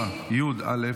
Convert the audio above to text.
שיהיה שלום שייטיב עם כולנו.